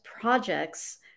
projects